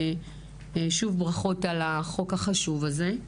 שוב, ברכות על החוק החשוב הזה,